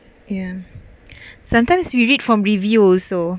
ya sometimes we read from review also